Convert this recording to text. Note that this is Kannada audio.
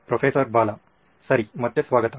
ಪ್ರೊಫೆಸರ್ ಬಾಲಾ ಸರಿ ಮತ್ತೆ ಸ್ವಾಗತ